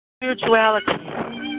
Spirituality